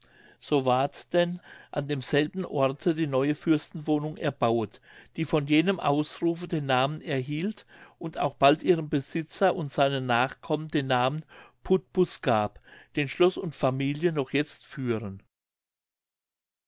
so ward denn an demselben orte die neue fürstenwohnung erbauet die von jenem ausrufe den namen erhielt und auch bald ihrem besitzer und seinen nachkommen den namen putbus gab den schloß und familie noch jetzt führen